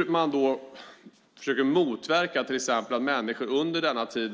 Att man försöker motverka att människor under denna tid